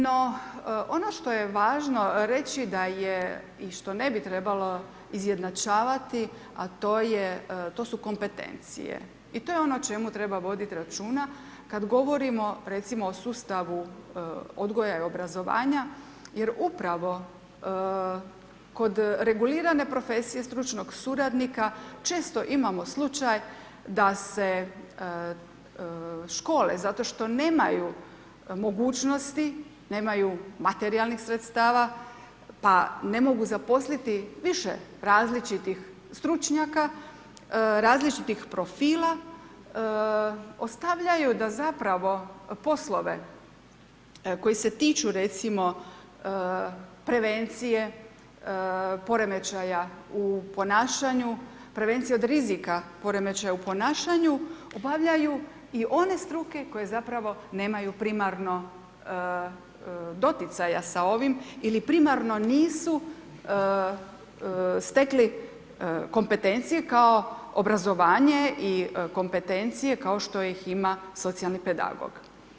No ono što je važno reći da je i što ne bi trebalo izjednačavati a to je, to su kompetencije i to je ono o čemu treba voditi računa kada govorimo recimo o sustavu odgoja i obrazovanja jer upravo kod reguliranja profesije stručnog suradnika često imamo slučaj da se škole zato što nemaju mogućnosti, nema materijalnih sredstava pa ne mogu zaposliti više različitih stručnjaka, različitih profila ostavljaju da zapravo poslove koji se tiču recimo prevencije, poremećaja u ponašanju, prevencije od rizika poremećaja u ponašanju obavljaju i one struke koje zapravo nemaju primarno doticaja sa ovim ili primarno nisu stekli kompetencije kao obrazovanje i kompetencije kao što ih ima socijalni pedagog.